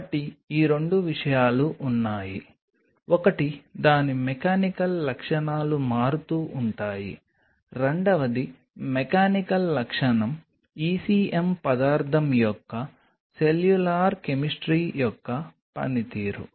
కాబట్టి 2 విషయాలు ఉన్నాయి ఒకటి దాని మెకానికల్ లక్షణాలు మారుతూ ఉంటాయి రెండవది మెకానికల్ లక్షణం ECM పదార్థం యొక్క సెల్యులార్ కెమిస్ట్రీ యొక్క పనితీరు